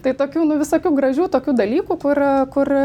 tai tokių nu visokių gražių tokių dalykų kur kur